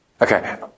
okay